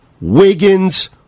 Wiggins